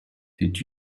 did